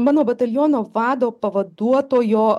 mano bataliono vado pavaduotojo